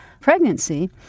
pregnancy